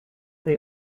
they